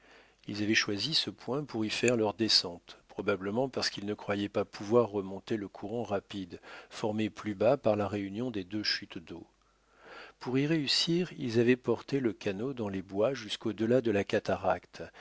ils avaient choisi ce point pour y faire leur descente probablement parce qu'ils ne croyaient pas pouvoir remonter le courant rapide formé plus bas par la réunion des deux chutes d'eau pour y réussir ils avaient porté le canot dans les bois jusqu'au delà de la cataracte